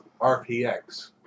RPX